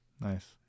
Nice